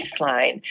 baseline